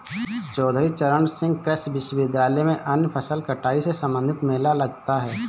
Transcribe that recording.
चौधरी चरण सिंह कृषि विश्वविद्यालय में अन्य फसल कटाई से संबंधित मेला लगता है